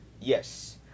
Yes